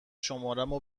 شمارمو